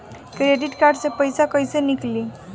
Credit card से पईसा केइसे निकली?